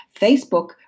Facebook